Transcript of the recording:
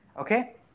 okay